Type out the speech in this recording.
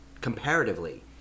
comparatively